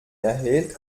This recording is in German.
erhält